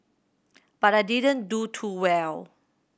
but I didn't do too well